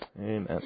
Amen